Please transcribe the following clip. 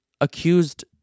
accused